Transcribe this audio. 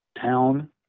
town